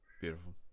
Beautiful